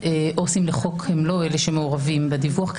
עובדים סוציאלי לחוק הנוער הם לא אלה שמעורבים בדיווח.